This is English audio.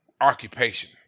occupation